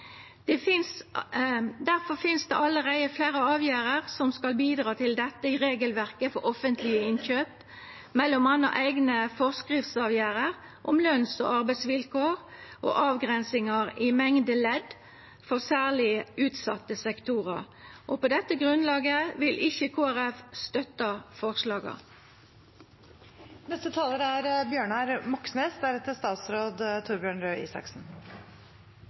finst det allereie fleire avgjerder som skal bidra til dette i regelverket for offentlege innkjøp, m.a. eigne forskriftsavgjerder om løns- og arbeidsvilkår og avgrensingar i mengde ledd for særleg utsette sektorar. På dette grunnlaget vil Kristeleg Folkeparti ikkje støtta